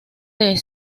con